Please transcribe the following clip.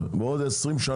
לכל מי שלא